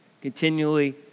Continually